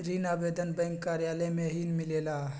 ऋण आवेदन बैंक कार्यालय मे ही मिलेला?